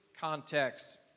context